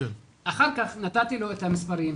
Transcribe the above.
אחר כך נתתי לו את המספרים,